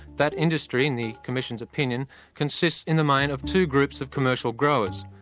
that industry in the commission's opinion consists in the main, of two groups of commercial growers,